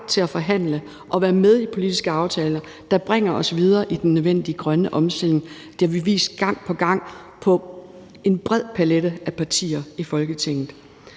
til at forhandle og være med i politiske aftaler, der bringer os videre i den nødvendige grønne omstilling. Det har vi vist gang på gang med en bred palet af partier i Folketinget.